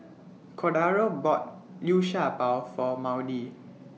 Cordaro bought Liu Sha Bao For Maudie